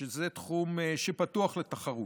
שזה תחום שפתוח לתחרות.